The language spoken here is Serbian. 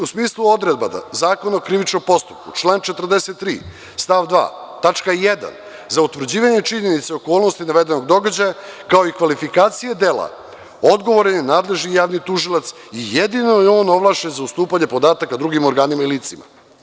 U smislu odredaba Zakona o krivičnom postupku član 43. stav 2. tačka 1. za utvrđivanje činjenice i okolnosti navedenog događaja, kao i kvalifikacije dela odgovoran je nadležni javni tužilac i jedino je on ovlašćen za ustupanje podataka drugim organima i licima.